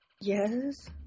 Yes